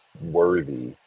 worthy